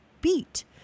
beat